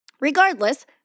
Regardless